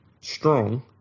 Strong